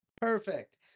Perfect